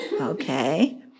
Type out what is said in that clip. Okay